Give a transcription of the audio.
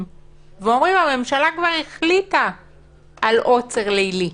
ואומרים: הממשלה כבר החליטה על עוצר לילי.